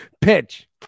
pitch